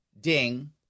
ding